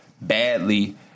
badly